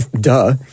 duh